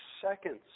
seconds